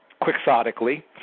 quixotically